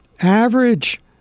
average